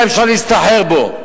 היה אפשר לסחור בו,